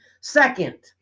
second